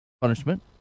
punishment